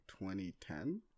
2010